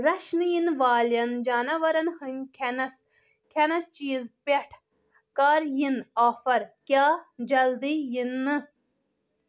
رَچھنہٕ یِنہٕ والیٚن جاناوارن ہِنٛدۍ کھٮ۪نس کھٮ۪نس چیٖز پٮ۪ٹھ کَر یِنۍ آفر کیٛاہ جلدٕے یِنہٕ